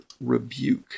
rebuke